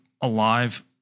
alive